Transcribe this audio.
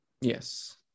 Yes